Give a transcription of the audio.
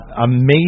amazing